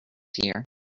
here